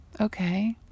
Okay